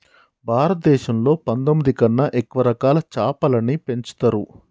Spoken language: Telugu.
భారతదేశంలో పందొమ్మిది కన్నా ఎక్కువ రకాల చాపలని పెంచుతరు